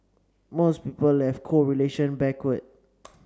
most people have correlation backward